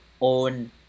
own